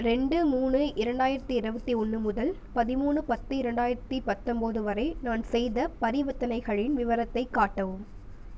ரெண்டு மூணு இரண்டாயிரத்தி இருபத்தி ஒன்று முதல் பதிமூணு பத்து இரண்டாயிரத்தி பத்தொம்பது வரை நான் செய்த பரிவர்த்தனைகளின் விவரத்தை காட்டவும்